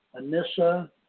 Anissa